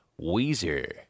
Weezer